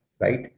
Right